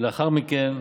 ולאחר מכן,